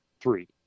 three